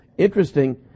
Interesting